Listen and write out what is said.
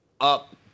up